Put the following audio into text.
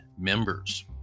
members